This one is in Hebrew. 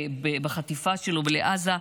בחטיפה שלו לעזה,